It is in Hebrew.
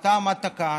אתה עמדת כאן,